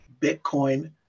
Bitcoin